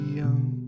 young